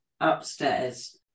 upstairs